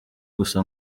gusa